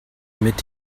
mit